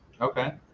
Okay